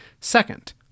Second